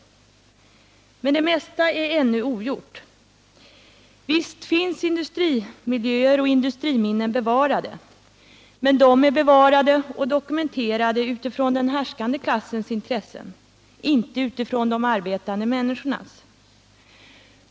Men det mesta är ännu ogjort. Visst finns industrimiljöer och industriminnen bevarade, men de är bevarade och dokumenterade utifrån den härskande klassens intressen — inte utifrån de arbetande människornas.